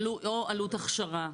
או עלות הכשרה,